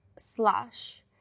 slash